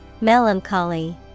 Melancholy